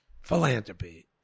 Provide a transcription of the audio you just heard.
philanthropy